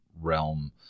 realm